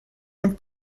und